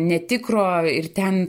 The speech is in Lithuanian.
netikro ir ten